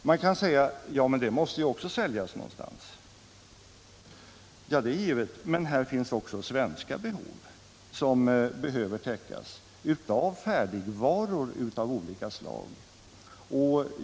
Man kan säga: Ja, men det måste också säljas någonstans. Ja, det är givet. Här finns emellertid också svenska behov som skall täckas: behovet av färdigvaror av olika slag.